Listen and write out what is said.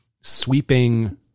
sweeping